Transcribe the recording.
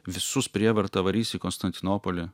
visus prievarta varys į konstantinopolį